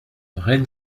reine